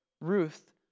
Ruth